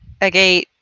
agate